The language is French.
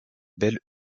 bel